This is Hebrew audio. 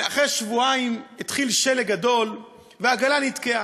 אחרי שבועיים התחיל שלג גדול והעגלה נתקעה.